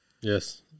Yes